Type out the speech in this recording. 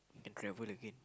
can travel again